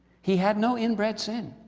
he had no inbred sin.